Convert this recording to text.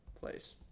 place